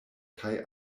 kaj